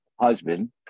husband